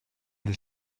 the